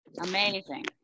Amazing